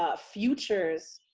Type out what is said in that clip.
ah futures,